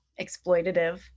exploitative